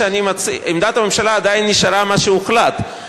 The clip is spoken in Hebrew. עמדת הממשלה עדיין נשארה מה שהוחלט,